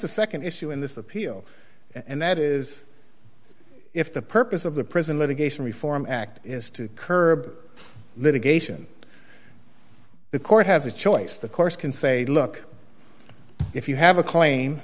the nd issue in this appeal and that is if the purpose of the prison litigation reform act is to curb litigation the court has a choice the course can say look if you have a claim